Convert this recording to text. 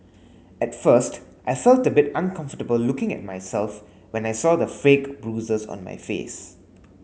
at first I felt a bit uncomfortable looking at myself when I saw the fake bruises on my face